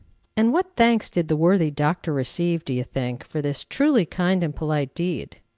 and what thanks did the worthy doctor receive, do you think, for this truly kind and polite deed?